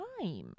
time